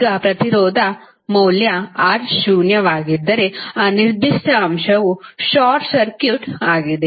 ಈಗ ಪ್ರತಿರೋಧ ಮೌಲ್ಯ R ಶೂನ್ಯವಾಗಿದ್ದರೆ ಆ ನಿರ್ದಿಷ್ಟ ಅಂಶವು ಶಾರ್ಟ್ ಸರ್ಕ್ಯೂಟ್ ಆಗಿದೆ